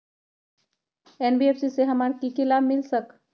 NBFC से हमार की की लाभ मिल सक?